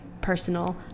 personal